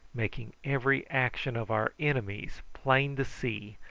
making every action of our enemies plain to see,